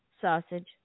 sausage